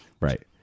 Right